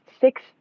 six